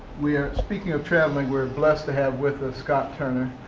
we are speaking of traveling, we are blessed to have with us scott turner,